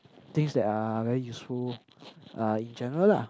things that are very useful uh in general lah